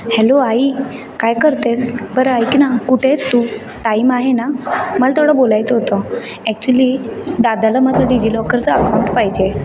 hello आई काय करते आहेस बरं ऐक ना कुठे आहेस तू टाईम आहे ना मला थोडं बोलायचं होतं ॲक्चुली दादाला माझा डीजी लॉकरचं अकाउंट पाहिजे